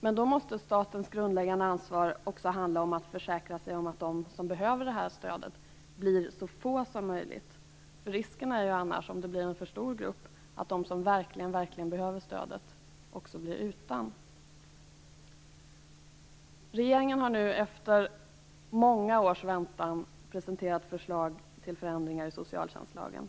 Men då måste statens grundläggande ansvar också handla om att försäkra sig om att de som behöver stödet blir så få som möjligt. Om det blir en för stor grupp är risken att de som verkligen behöver stödet blir utan. Regeringen har nu efter många års väntan presenterat förslag till förändringar i socialtjänstlagen.